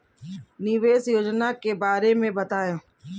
निवेश योजना के बारे में बताएँ?